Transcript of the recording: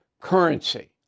currency